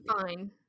fine